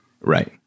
Right